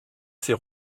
s’est